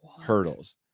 hurdles